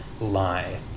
lie